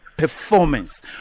performance